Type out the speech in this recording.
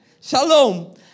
Shalom